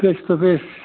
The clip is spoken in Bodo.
face to face